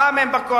פעם הם בקואליציה,